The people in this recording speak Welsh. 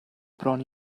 bron